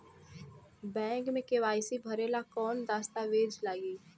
Bank मे KYC भरेला कवन दस्ता वेज लागी?